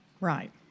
right